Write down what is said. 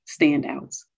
standouts